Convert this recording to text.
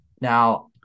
now